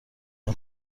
این